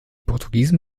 portugiesen